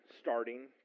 starting